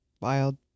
Wild